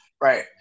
Right